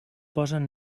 posen